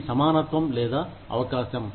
ఇది సమానత్వం లేదా అవకాశం